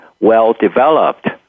well-developed